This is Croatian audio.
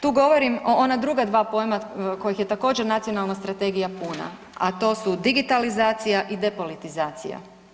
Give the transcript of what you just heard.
Tu govorim o ona druga dva pojma kojih je također nacionalna strategija puna, a to su digitalizacija i depolitizacija.